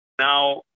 Now